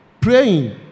praying